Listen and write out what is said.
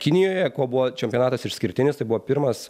kinijoje kuo buvo čempionatas išskirtinis tai buvo pirmas